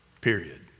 period